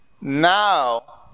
now